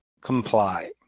comply